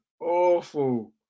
awful